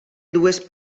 dues